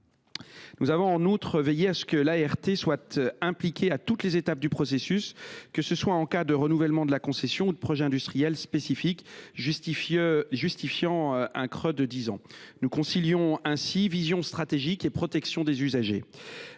nous avons veillé à ce que l’ART soit impliquée dans toutes les étapes du processus, que ce soit en cas de renouvellement de la concession ou de projet industriel spécifique justifiant un contrat de dix ans. Nous concilions ainsi vision stratégique et protection des usagers.